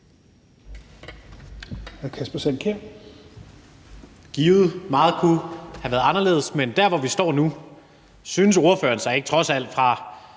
at meget kunne have været anderledes, men i forhold til der, hvor vi står nu, synes ordføreren, som trods alt er